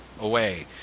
away